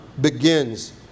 begins